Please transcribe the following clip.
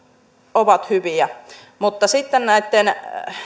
kiistatta hyviä mutta sitten